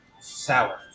sour